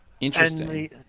Interesting